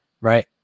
Right